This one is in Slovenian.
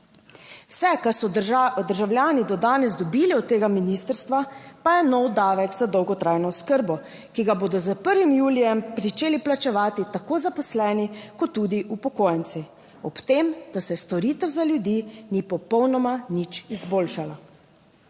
vse, kar so državljani do danes dobili od tega ministrstva, pa je nov davek za dolgotrajno oskrbo, ki ga bodo s 1. julijem pričeli plačevati tako zaposleni kot tudi upokojenci, ob tem, da se storitev za ljudi ni popolnoma nič izboljšalo.